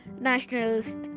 nationalist